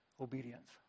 obedience